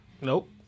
Nope